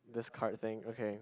this card thing okay